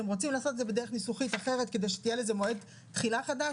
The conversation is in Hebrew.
אתם רוצים לעשות את זה בדרך ניסוחית אחרת כדי שיהיה לזה מועד תחילה חדש?